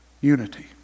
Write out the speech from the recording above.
unity